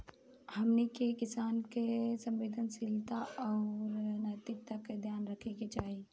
हमनी के किसान के संवेदनशीलता आउर नैतिकता के ध्यान रखे के चाही